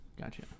Gotcha